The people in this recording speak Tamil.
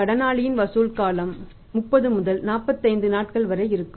கடனாளிகளின் வசூல் காலம் 30 முதல் 45 நாட்கள் வரை இருக்கும்